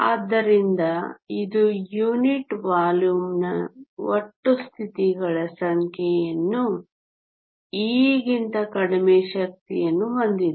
ಆದ್ದರಿಂದ ಇದು ಯೂನಿಟ್ ವಾಲ್ಯೂಮ್ನ ಒಟ್ಟು ಸ್ಥಿತಿಗಳ ಸಂಖ್ಯೆಯನ್ನು E ಗಿಂತ ಕಡಿಮೆ ಶಕ್ತಿಯನ್ನು ಹೊಂದಿದೆ